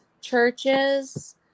churches